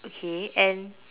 okay and